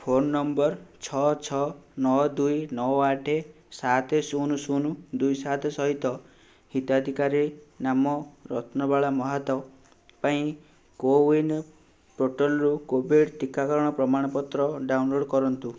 phone number ଛଅ ଛଅ ନଅ ଦୁଇ ନଅ ଆଠେ ସାତେ ଶୂନ ଶୂନ ଦୁଇ ସାତେ ସହିତ ହିତାଧିକାରୀ ନାମ ରତ୍ନବାଳା ମହାତ ପାଇଁ କୋୱିନ୍ ପୋର୍ଟାଲ୍ରୁ କୋଭିଡ଼୍ ଟିକାକରଣ ପ୍ରମାଣପତ୍ର ଡାଉନଲୋଡ଼୍ କରନ୍ତୁ